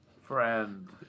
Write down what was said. Friend